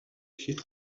хэт